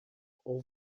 all